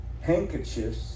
handkerchiefs